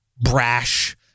brash